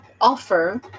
offer